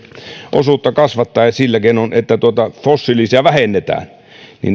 osuutta kasvattaa sillä keinoin että fossiilisia vähennetään